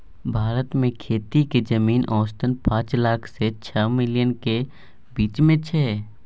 भारत मे खेतीक जमीन औसतन पाँच लाख सँ छअ मिलियन केर बीच मे छै